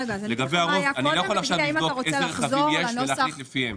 לגבי הרוב אני לא יכול לבדוק עכשיו לבדוק איזה רכבים יש ולהחליט לפיהם.